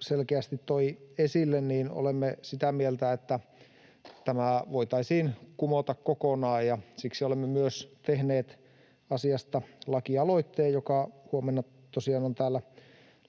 selkeästi toi esille, niin olemme sitä mieltä, että tämä voitaisiin kumota kokonaan. Siksi olemme myös tehneet asiasta lakialoitteen, joka huomenna tosiaan on täällä